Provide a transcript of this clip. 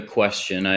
question